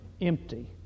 empty